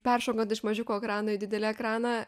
peršokant iš mažiuko ekrano į didelį ekraną